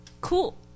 Cool